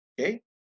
Okay